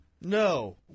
No